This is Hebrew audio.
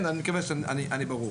אני מקווה שאני ברור.